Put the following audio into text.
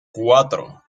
cuatro